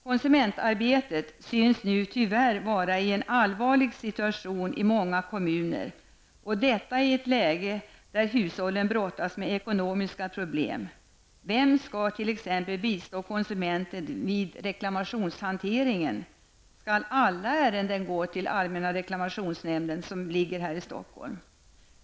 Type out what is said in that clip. Konsumentarbetet synes nu tyvärr vara i en allvarlig situation i många kommuner, och detta i ett läge där hushållen brottas med ekonomiska problem. Vem skall t.ex. bistå konsumenten vid reklamationshanteringen? Skall alla ärenden gå till allmänna reklamationsnämnden i Stockholm?